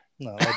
No